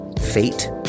fate